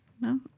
No